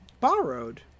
borrowed